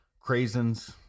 craisins